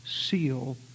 seal